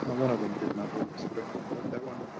one of them did not work so don't worry about that one.